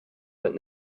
that